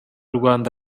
rwanda